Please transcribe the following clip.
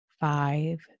five